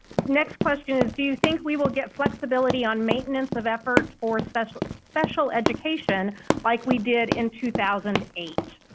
next question is do you think we will get flexibility on maintenance of effort for special. special education like we did in two thousand and eight?